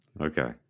Okay